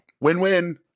Win-win